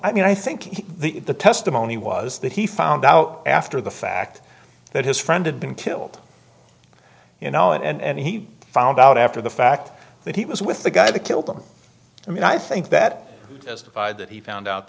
i mean i think the testimony was that he found out after the fact that his friend had been killed you know and he found out after the fact that he was with the guy that killed them i mean i think that as if by that he found out